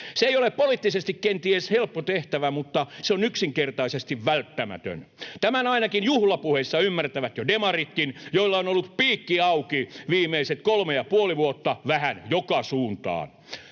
Se ei ole poliittisesti kenties helppo tehtävä, mutta se on yksinkertaisesti välttämätön. Tämän ainakin juhlapuheissa ymmärtävät jo demaritkin, joilla on ollut piikki auki viimeiset kolme ja puoli vuotta vähän joka suuntaan.